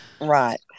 right